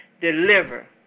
deliver